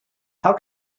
how